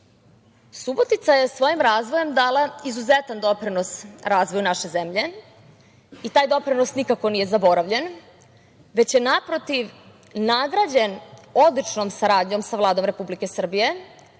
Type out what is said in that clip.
periodu. Subotica je svojim razvojem dala izuzetan doprinos razvoju naše zemlje i taj doprinos nikako nije zaboravljen, već je naprotiv nagrađen odličnom saradnjom sa Vladom Republike Srbije,